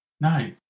No